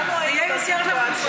זה יהיה יותר מכובד.